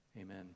Amen